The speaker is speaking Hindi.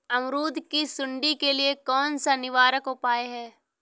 अमरूद की सुंडी के लिए कौन सा निवारक उपाय है?